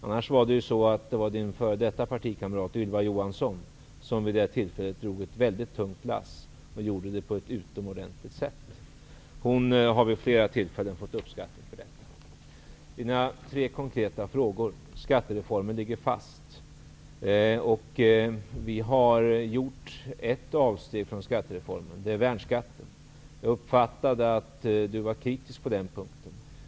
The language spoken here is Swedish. Annars var det ju Johan Lönnroths f.d. partikamrat Ylva Johansson som vid det aktuella tillfället drog ett väldigt tungt lass. Hon gjorde det dessutom på ett utomordentligt sätt och har vid flera tillfällen fått uppskattning för detta. Så till Johan Lönnroths tre konkreta frågor. Skattereformen ligger fast. Vi har gjort ett avsteg från skattereformen. Det gäller värnskatten. Jag uppfattade att Johan Lönnroth var kritisk på den punkten.